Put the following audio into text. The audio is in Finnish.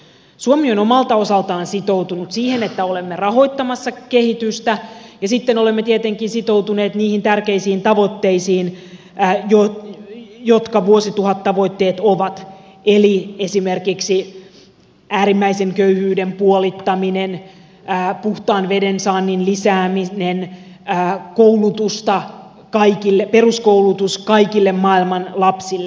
suomi on omalta osaltaan sitoutunut siihen että olemme rahoittamassa kehitystä ja sitten olemme tietenkin sitoutuneet niihin tärkeisiin tavoitteisiin jotka vuosituhattavoitteet ovat eli esimerkiksi äärimmäisen köyhyyden puolittaminen puhtaan veden saannin lisääminen peruskoulutus kaikille maailman lapsille